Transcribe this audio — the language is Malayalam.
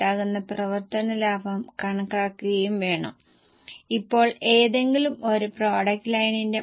ആകെ ജീവനക്കാരുടെ എണ്ണം 4698 ഇവിടെ ഒരു ചെറിയ ലൈൻ ഉണ്ട്